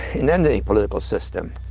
in and any political system,